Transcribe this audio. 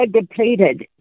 depleted